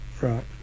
Right